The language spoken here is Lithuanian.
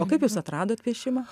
o kaip jūs atradot piešimą